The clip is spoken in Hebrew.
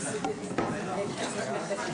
הישיבה ננעלה בשעה